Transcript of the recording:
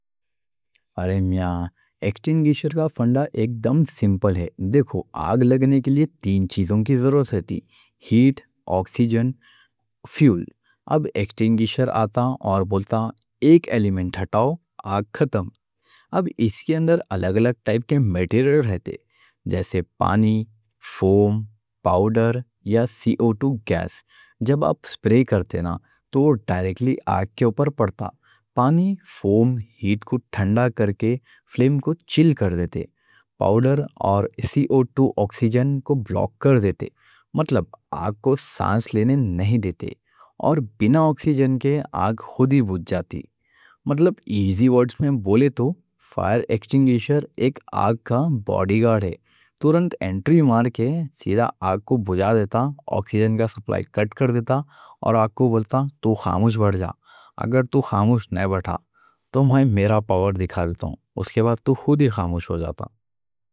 ارے میاں ایکسٹنگِشَر کا فنڈا ایک دم سمپل ہے۔ دیکھو آگ لگنے کے لیے تین چیزوں کی ضرورت ہوتی: ہیٹ، آکسیجن، فیول۔ اب ایکسٹنگِشَر آتا اور بولتا: ایک ایلیمنٹ ہٹاؤ، آگ ختم۔ اب اس کے اندر الگ الگ ٹائپ کے میٹیریل رہتے، جیسے پانی، فوم، پاوڈر یا سی او ٹو گیس۔ جب آپ اسپرے کرتے نا، تو وہ ڈائریکٹلی آگ کے اوپر پڑتا۔ پانی، فوم ہیٹ کو ٹھنڈا کر کے فلیم کو چِل کر دیتے۔ پاوڈر اور سی او ٹو آکسیجن کو بلاک کر دیتے۔ مطلب آگ کو سانس لینے نہیں دیتے اور بِنا آکسیجن کے آگ خود ہی بجھ جاتی۔ مطلب ایزی ورڈز میں بولے تو فائر ایکسٹنگِشَر ایک آگ کا باڈی گارڈ ہے۔ تورَنت انٹری مار کے سیدھا آگ کو بجھا دیتا۔ آکسیجن کا سپلائی کٹ کر دیتا اور آگ کو بولتا: تو خاموش بجھ جا، تو میں میرا پاور دکھا دیتا ہوں۔ اس کے بعد تو خود ہی خاموش ہو جاتا۔